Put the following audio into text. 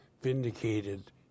vindicated